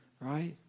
Right